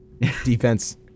defense